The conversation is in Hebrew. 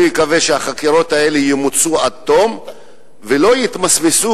אני מקווה שהחקירות האלה ימוצו עד תום ולא יתמסמסו